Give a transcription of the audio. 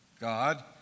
God